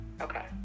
Okay